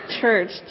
church